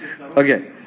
okay